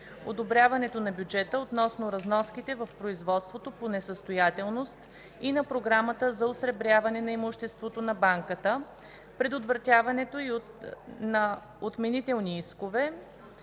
одобряването на бюджета относно разноските в производството по несъстоятелност и на програмата за осребряване на имуществото на банката; предявяването на отменителни искове;